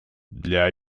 для